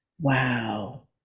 Wow